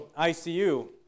ICU